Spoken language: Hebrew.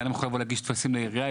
אם אדם צריך להגיש טפסים לעירייה,